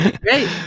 Great